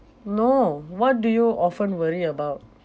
no what do you often worry about